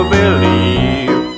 believe